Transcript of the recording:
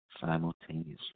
simultaneously